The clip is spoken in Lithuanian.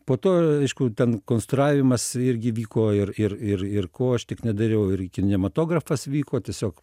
po to aišku ten konstravimas irgi vyko ir ir ir ir ko aš tik nedariau ir kinematografas vyko tiesiog